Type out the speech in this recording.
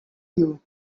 you